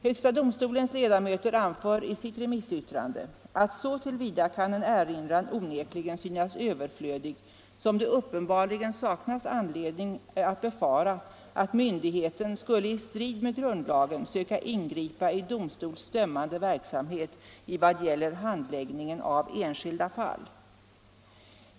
Högsta domstolens ledamöter anför i sitt remissyttrande att så till vida kan en erinran onekligen synas överflödig som det uppenbarligen saknas anledning att befara, att myndigheten skulle i strid med grundlagen söka ingripa i domstols dömande verksamhet i vad gäller handläggningen av enskilda fall.